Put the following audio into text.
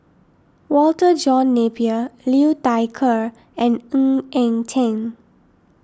Walter John Napier Liu Thai Ker and Ng Eng Teng